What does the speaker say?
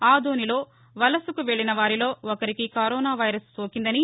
ఆదోనిలో వలసకు వెళ్ళిన వారిలో ఒక్కరికీ కరోనా వైరస్ సోకిందని